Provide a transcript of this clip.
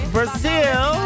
Brazil